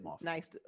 nice